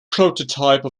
prototype